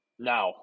Now